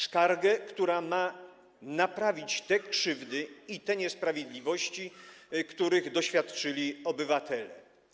Skargę, która ma naprawić te krzywdy i te niesprawiedliwości, których doświadczyli obywatele.